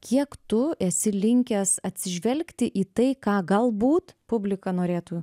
kiek tu esi linkęs atsižvelgti į tai ką galbūt publika norėtų